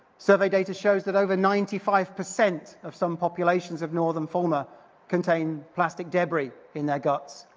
survey data shows that over ninety five percent of some populations of northern fauna contain plastic debris in their guts.